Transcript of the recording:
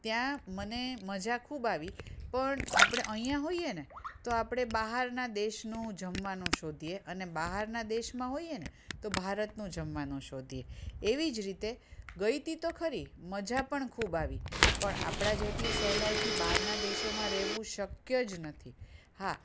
ત્યાં મને મજા ખૂબ આવી પણ આપણે અહીંયા હોઈએ ને તો આપણે બહારનાં દેશનું જમવાનું શોધીએ અને બહારના દેશમાં હોઈએ ને તો ભારતનું જમવાનું શોધીએ એવી જ રીતે ગઈ હતી તો ખરી મજા પણ ખૂબ આવી પણ આપણા જેટલી સહેલાઈથી બહારનાં દેશોમાં રહેવું શક્ય જ નથી હા